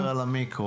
אתה מדבר על המיקרו.